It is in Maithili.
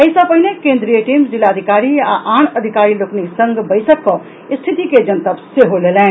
एहि सँ पहिन केंद्रीय टीम जिलाधिकारी आ आन अधिकारी लोकनिक संग बैसक कऽ स्थिति के जनतब सेहो लेलनि